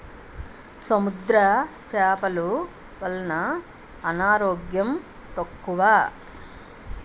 సముద్ర చేపలు వలన అనారోగ్యం తక్కువ